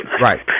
Right